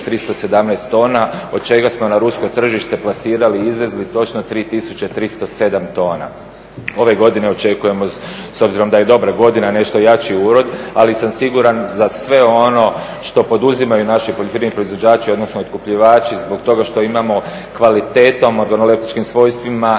317 tona od čega smo na rusko tržište plasirali i izvezli točno 3 tisuće 307 tona. Ove godine očekujemo s obzirom da je dobra godina nešto jači urod ali sam siguran za sve ono što poduzimaju naši poljoprivredni proizvođači, odnosno otkupljivači zbog toga što imamo kvalitetom …/Govornik se